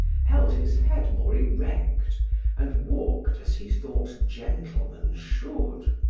held his head more erect and walked as he thought gentlemen should.